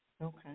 Okay